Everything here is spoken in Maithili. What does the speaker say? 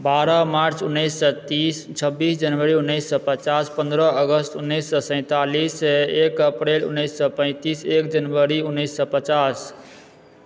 बारह मार्च उन्नैस सए तीस छब्बीस जनवरी उन्नैस सए पचास पंद्रह अगस्त उन्नैस सए सैंतालिस एक अप्रिल उन्नैस सए पैंतीस एक जनवरी उन्नैस सए पचास